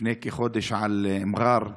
ולפני כחודש על מע'אר כעיר.